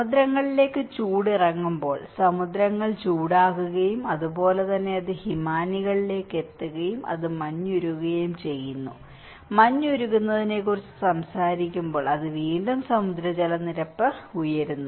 സമുദ്രങ്ങളിലേക്ക് ചൂട് ഇറങ്ങുമ്പോൾ സമുദ്രങ്ങൾ ചൂടാകുകയും അതുപോലെ തന്നെ അത് ഹിമാനികളിലേക്ക് എത്തുകയും അത് മഞ്ഞ് ഉരുകുകയും ചെയ്യുന്നു മഞ്ഞ് ഉരുകുന്നതിനെക്കുറിച്ച് സംസാരിക്കുമ്പോൾ അത് വീണ്ടും സമുദ്രനിരപ്പിലേക്ക് ഉയരുന്നു